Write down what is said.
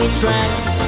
tracks